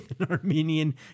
Armenian